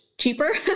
cheaper